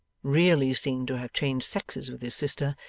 really seemed to have changed sexes with his sister,